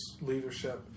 leadership